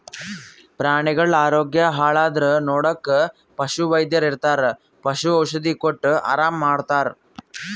ಪ್ರಾಣಿಗಳ್ ಆರೋಗ್ಯ ಹಾಳಾದ್ರ್ ನೋಡಕ್ಕ್ ಪಶುವೈದ್ಯರ್ ಇರ್ತರ್ ಪಶು ಔಷಧಿ ಕೊಟ್ಟ್ ಆರಾಮ್ ಮಾಡ್ತರ್